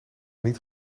niet